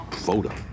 photo